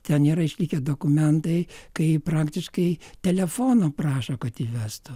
ten yra išlikę dokumentai kai praktiškai telefono prašo kad įvestų